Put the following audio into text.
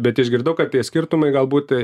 bet išgirdau kad tie skirtumai galbūt